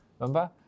Remember